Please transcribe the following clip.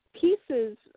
pieces